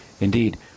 Indeed